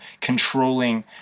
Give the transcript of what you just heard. controlling